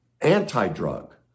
anti-drug